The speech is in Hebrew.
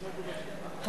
אנחנו,